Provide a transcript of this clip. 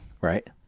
Right